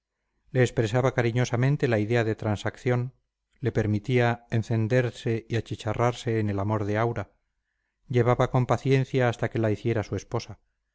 le expresaba cariñosamente la idea de transacción le permitía encenderse y achicharrarse en el amor de aura llevaba con paciencia hasta que la hiciera su esposa